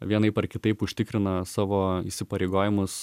vienaip ar kitaip užtikrina savo įsipareigojimus